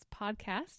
podcast